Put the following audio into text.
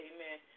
Amen